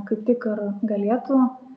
kaip tik ir galėtų